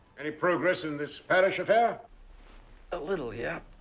any progress in this parish affair? a little, yeah.